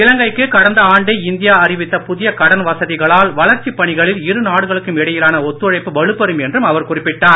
இலங்கைக்கு கடந்த ஆண்டு இந்தியா அறிவித்த புதிய கடன் வசதிகளால் வளர்ச்சிப் பணிகளில் இருநாடுகளுக்கும் இடையிலான ஒத்துழைப்பு வலுப்பெறும் என்றும் அவர் குறிப்பிட்டார்